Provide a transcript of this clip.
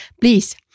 Please